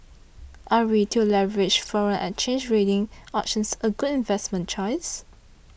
are Retail leveraged foreign exchange trading options a good investment choice